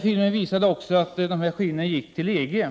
Filmen visade också att skinnen skickades till EG.